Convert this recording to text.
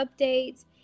updates